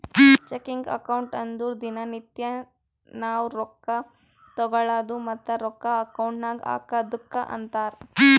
checking account ಅಂದುರ್ ದಿನಾ ನಿತ್ಯಾ ನಾವ್ ರೊಕ್ಕಾ ತಗೊಳದು ಮತ್ತ ರೊಕ್ಕಾ ಅಕೌಂಟ್ ನಾಗ್ ಹಾಕದುಕ್ಕ ಅಂತಾರ್